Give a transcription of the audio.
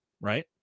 right